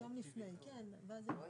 נכון.